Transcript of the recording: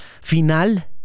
final